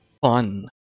fun